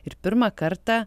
ir pirmą kartą